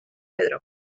pedro